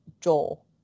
Joel